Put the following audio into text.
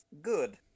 Good